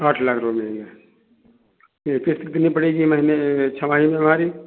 आठ लाख मिलेंगे ये किश्त कितनी पड़ेगी महीने में छमाही में हमारी